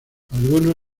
algunos